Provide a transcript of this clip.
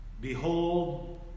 Behold